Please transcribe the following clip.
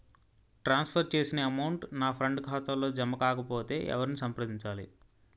ట్రాన్స్ for చేసిన amount నా friend ఖాతాలో జమ కాకపొతే ఎవరిని సంప్రదించాలి?